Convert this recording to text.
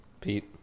Pete